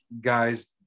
guys